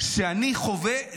שאני חווה.